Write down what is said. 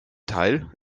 teil